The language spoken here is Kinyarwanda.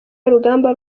y’urugamba